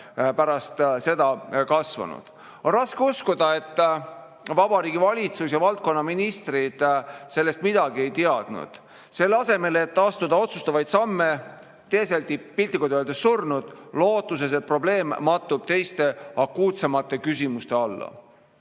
väga tugevalt kasvanud. On raske uskuda, et Vabariigi Valitsus ja valdkonna ministrid sellest midagi ei teadnud. Selle asemel et astuda otsustavaid samme, teeseldi piltlikult öeldes surnut, lootuses, et probleem mattub teiste, akuutsemate küsimuste